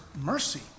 mercy